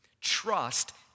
Trust